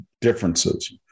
differences